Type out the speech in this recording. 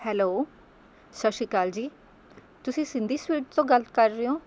hello ਸਤਿ ਸ਼੍ਰੀ ਅਕਾਲ ਜੀ ਤੁਸੀਂ ਸਿੰਧੀ ਸਵੀਟਸ ਤੋਂ ਗੱਲ ਕਰ ਰਹੇ ਓਂ